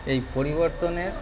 এই পরিবর্তনের